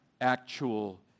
actual